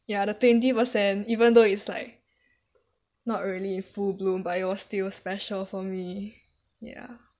ya the twenty percent even though is like not really in full bloom but it was still special for me ya